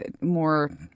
more